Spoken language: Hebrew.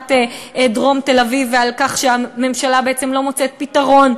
הזנחת דרום תל-אביב ועל כך שהממשלה בעצם לא מוצאת פתרון,